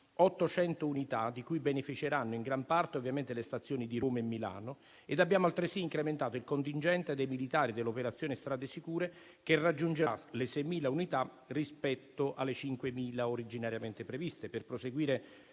800 unità, di cui beneficeranno in gran parte, ovviamente, le stazioni di Roma e Milano. Abbiamo, altresì, incrementato il contingente dei militari dell'operazione "Strade Sicure", che raggiungerà le 6.000 unità rispetto alle 5.000 originariamente previste